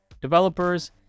developers